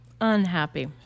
unhappy